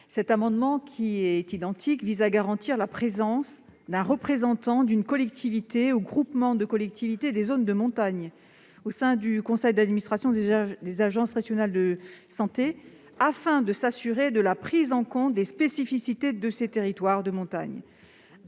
Cet amendement vise à garantir la présence d'un représentant d'une collectivité ou groupement de collectivités des zones de montagne au sein du conseil d'administration des agences régionales de santé, afin de s'assurer de la prise en compte des spécificités des territoires de montagne.